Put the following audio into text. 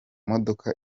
modoka